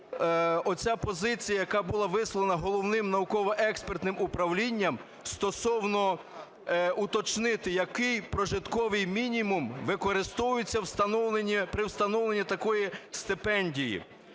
оця позиція, яка була висловлена Головним науково-експертним управлінням, стосовно уточнити, який прожитковий мінімум використовується при встановленні такої стипендії.